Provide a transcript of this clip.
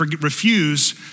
refuse